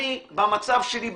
אני במצב שלי,